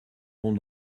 vont